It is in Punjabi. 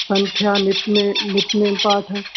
ਸੰਥਿਆ ਨਿਤਨੇ ਨਿਤਨੇਮ ਪਾਠ